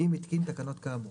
אם התקין תקנות כאמור.